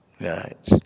Right